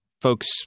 folks